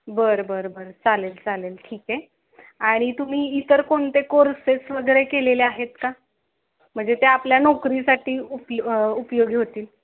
बरं बरं बरं चालेल चालेल ठीक आहे आणि तुम्ही इतर कोणते कोर्सेस वगैरे केलेले आहेत का म्हणजे ते आपल्या नोकरीसाठी उपल उपयोगी होतील